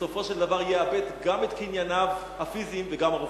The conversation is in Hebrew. בסופו של דבר יאבד גם את קנייניו הפיזיים וגם את הרוחניים.